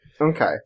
Okay